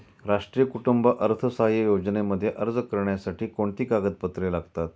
राष्ट्रीय कुटुंब अर्थसहाय्य योजनेमध्ये अर्ज करण्यासाठी कोणती कागदपत्रे लागतात?